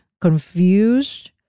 confused